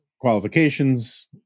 qualifications